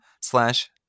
slash